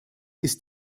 ist